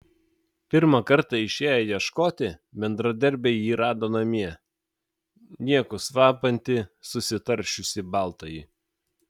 pirmą kartą išėję ieškoti bendradarbiai jį rado namie niekus vapantį susitaršiusį baltąjį